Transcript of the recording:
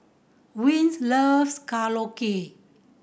Vince loves Korokke